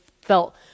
felt